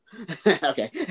Okay